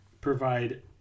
provide